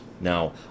Now